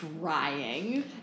trying